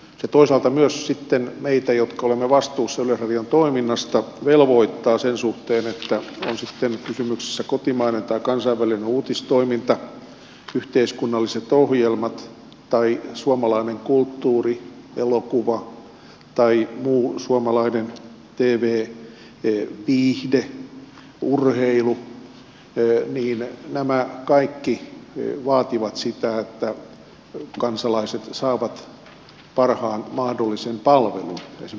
se toisaalta myös sitten meitä jotka olemme vastuussa yleisradion toiminnasta velvoittaa sen suhteen että on sitten kysymyksessä kotimainen tai kansainvälinen uutistoiminta yhteiskunnalliset ohjelmat tai suomalainen kulttuuri elokuva tai muu suomalainen tv viihde urheilu niin nämä kaikki vaativat sitä että kansalaiset saavat parhaan mahdollisen palvelun